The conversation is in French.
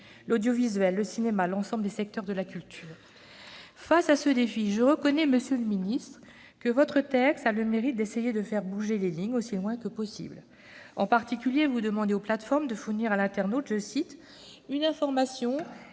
l'audiovisuel, le cinéma et l'ensemble des secteurs de la culture. Face à ce défi, monsieur le ministre, je reconnais que votre texte a le mérite d'essayer de faire bouger les lignes aussi loin que possible. En particulier, vous demandez aux plateformes de fournir à l'internaute « une information